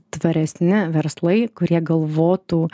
tvaresni verslai kurie galvotų